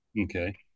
Okay